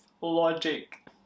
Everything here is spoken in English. Logic